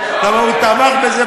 כי הוא תמך בזה,